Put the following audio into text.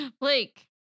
Blake